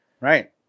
right